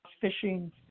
fishing